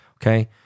okay